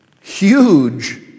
huge